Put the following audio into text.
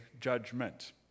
judgment